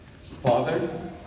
Father